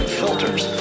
filters